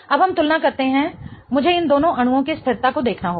अब हम तुलना करते हैं मुझे इन दोनों अणुओं की स्थिरता को देखना होगा